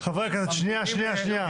חברי הכנסת, שנייה, שנייה.